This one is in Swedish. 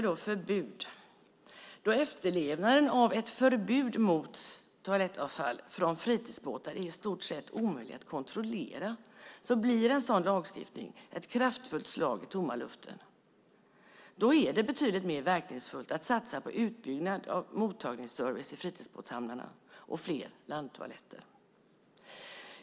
Då efterlevnaden av ett förbud mot toalettavfall från fritidsbåtar är i stort sett omöjligt att kontrollera blir en sådan lagstiftning ett kraftfullt slag i tomma luften. Då är det betydligt mer verkningsfullt att satsa på utbyggnad av mottagningsservice i fritidsbåtshamnarna och fler landtoaletter.